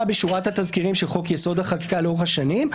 בשורת התזכירים של חוק יסוד: החקיקה לאורך השנים,